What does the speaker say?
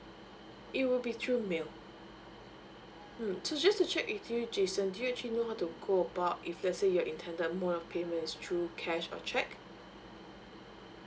it will be through mail mm so just to check with you jason do you actually know how to go about if let's say you're intended mode of payment through cash or cheque